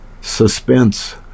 suspense